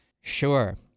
sure